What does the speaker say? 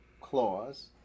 clause